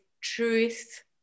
truth